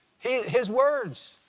he his words.